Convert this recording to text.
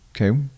Okay